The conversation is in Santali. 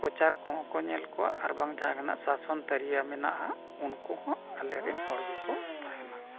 ᱠᱳᱪᱟᱨ ᱠᱚᱦᱚᱸ ᱠᱚ ᱧᱮᱞ ᱠᱚᱣᱟ ᱟᱨ ᱵᱟᱝ ᱡᱟᱦᱟᱸ ᱞᱮᱠᱟᱱᱟᱜ ᱥᱟᱥᱚᱱ ᱛᱟᱹᱨᱤᱭᱟ ᱢᱮᱱᱟᱜᱼᱟ ᱩᱱᱠᱩ ᱦᱚᱸ ᱟᱞᱮ ᱨᱮᱱ ᱦᱚᱲ ᱜᱮᱠᱚ ᱛᱟᱦᱮᱱᱟ